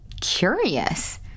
curious